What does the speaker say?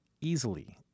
easily